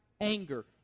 anger